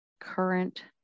current